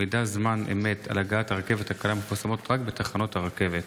מידע זמן אמת על הגעת הרכבת הקלה מפורסם רק בתחנות הרכבת.